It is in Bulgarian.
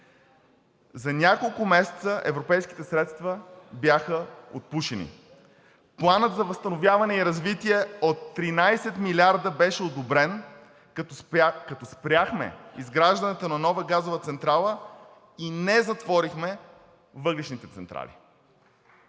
За няколко месеца европейските средства бяха отпушени, Планът за възстановяване и развитие от 13 милиарда беше одобрен, като спряхме изграждането на нова газова централа и не затворихме въглищните централи.